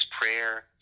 prayer